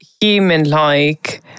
human-like